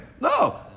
No